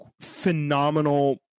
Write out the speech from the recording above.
phenomenal